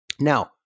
Now